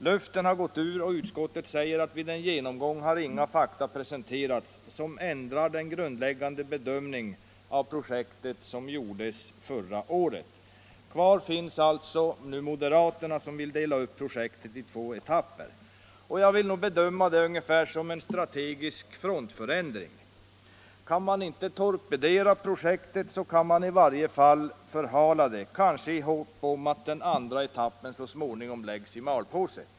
Luften har gått ur, och utskottet säger att vid en genomgång har inga fakta presenterats som ändrar den grundläggande bedömning av projektet som utskottet gjorde förra året. Kvar finns moderaterna som vill dela upp projektet i två etapper. Det är en s.k. strategisk frontförändring. Kan man inte torpedera projektet kan man i varje fall förhala det, kanske i hopp om att den andra etappen så småningom läggs i malpåse.